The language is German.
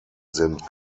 sind